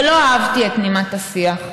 ולא אהבתי את נימת השיח,